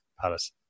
Palace